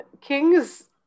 Kings